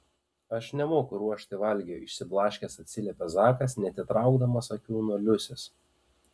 aš nemoku ruošti valgio išsiblaškęs atsiliepė zakas neatitraukdamas akių nuo liusės